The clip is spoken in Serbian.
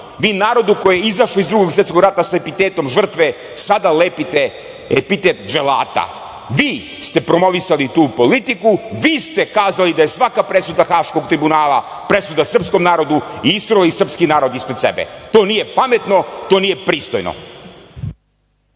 vi narodu koji je izašao iz Drugog svetskog rata sa epitetom žrtve sada lepite epitet dželata. Vi ste promovisali tu politiku, vi ste kazali da je svaka presuda Haškog tribunala presuda srpskom narodu i isturili srpski narod ispred sebe. To nije pametno, to nije pristojno.